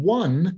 one